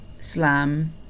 slam